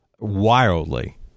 wildly